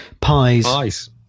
Pies